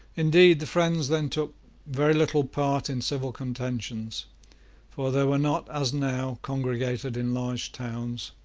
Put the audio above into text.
indeed, the friends then took very little part in civil contentions for they were not, as now, congregated in large towns,